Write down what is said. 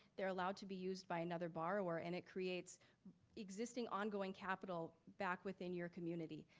they're allowed to be used by another borrower, and it creates existing ongoing capital back within your community.